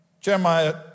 Jeremiah